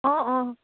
অঁ অঁ